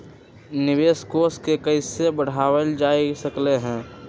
निवेश कोष के कइसे बढ़ाएल जा सकलई ह?